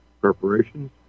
preparations